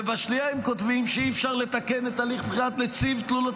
ובשנייה הם כותבים שאי-אפשר לתקן את הליך בחירת נציב תלונות